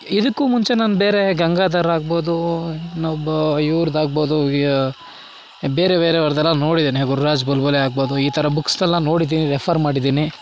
ಇದಕ್ಕೂ ಮುಂಚೆ ನಾನು ಬೇರೆ ಗಂಗಾಧರ್ ಆಗ್ಬೋದು ಇನ್ನೊಬ್ಬ ಇವ್ರದು ಆಗ್ಬೋದು ಬೇರೆ ಬೇರೆಯವರದ್ದೆಲ್ಲ ನೋಡಿದ್ದೀನಿ ಗುರುರಾಜ್ ಬುಲ್ಬುಲೆ ಆಗ್ಬೋದು ಈ ಥರ ಬುಕ್ಸ್ ಎಲ್ಲ ನೋಡಿದ್ದೀನಿ ರೆಫರ್ ಮಾಡಿದ್ದೀನಿ